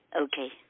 Okay